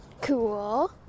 Cool